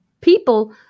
people